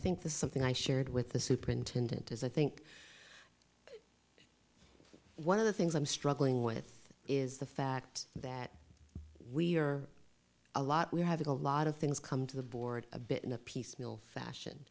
think the something i shared with the superintendent is i think one of the things i'm struggling with is the fact that we are a lot we're having a lot of things come to the board a bit in a piecemeal fashion